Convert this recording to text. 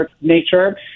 nature